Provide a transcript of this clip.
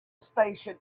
station